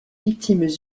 victimes